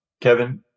Kevin